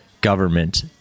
government